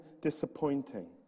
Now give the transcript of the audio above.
disappointing